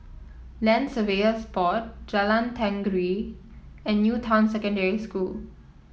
Land Surveyors Board Jalan Tenggiri and New Town Secondary School